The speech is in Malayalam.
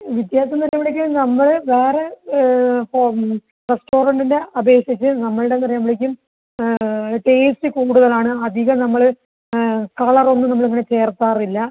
വ്യത്യാസമെന്ന് പറഞ്ഞാൽ ഇവിടെ ഒക്കെ നമ്മൾ വേറെ ഇപ്പം റെസ്റ്റോററ്റിന്റെ അപേക്ഷിച്ച് നമ്മളുടെ പറയുമ്പളേക്കും ടേസ്റ്റ് കൂടുതൽ ആണ് അധികം നമ്മൾ കളർ ഒന്നും നമ്മൾ അങ്ങനെ ചേർക്കാറില്ല